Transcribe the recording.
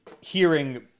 hearing